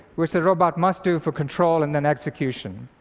which the robot must do for control and then execution.